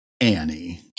Annie